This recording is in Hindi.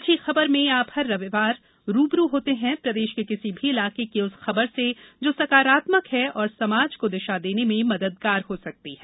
अच्छी खबर में आप हर रविवार रू ब रू होते हैं प्रदेश के किसी भी इलाके की उस खबर से जो सकारात्मक है और समाज को दिशा देने में मददगार हो सकती है